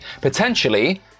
potentially